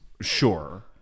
Sure